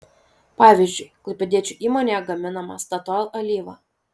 pavyzdžiui klaipėdiečių įmonėje gaminama statoil alyva